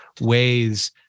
ways